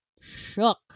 shook